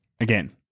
Again